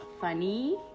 funny